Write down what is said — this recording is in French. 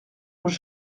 n’ont